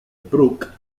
brook